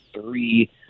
three